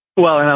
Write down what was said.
well, and i'll